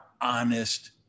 honest